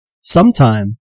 sometime